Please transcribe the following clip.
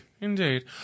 Indeed